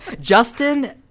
Justin